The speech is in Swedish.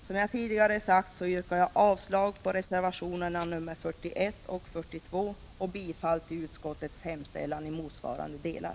Som jag tidigare sagt yrkar jag avslag på reservationerna nr 41 och 42 och bifall till utskottets hemställan i motsvarande delar.